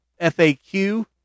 FAQ